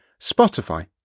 Spotify